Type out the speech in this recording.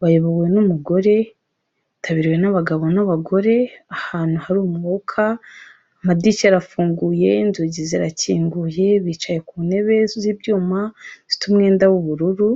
bayobowe n'umugore, y'itabiriwe n'abagabo n'abagore, ahantu hari umwuka, amadirishya arafunguye, inzugi zirakinguye, bicaye ku ntebe z'ibyuma zifite umwenda w'ubururu.